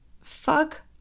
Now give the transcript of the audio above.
fuck